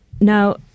Now